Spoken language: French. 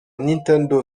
nintendo